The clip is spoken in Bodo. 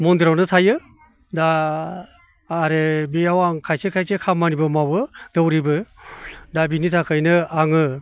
मन्दिरावनो थायो दा आरो बियाव आं खायसे खायसे खामानिबो मावो दौरिबो दा बिनिथाखायनो आङो